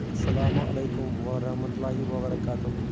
اَسلام علیکُم وَرحمت اللہِ وَبرکاتَہُ